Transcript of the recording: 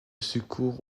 secours